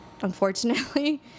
unfortunately